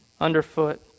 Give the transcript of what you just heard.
underfoot